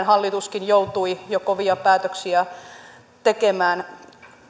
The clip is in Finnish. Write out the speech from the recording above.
hallitus joutui jo kovia päätöksiä tekemään